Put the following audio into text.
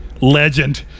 Legend